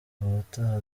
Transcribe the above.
ubutaha